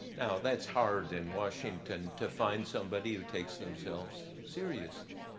now, that's hard in washington to find somebody who takes themselves seriously.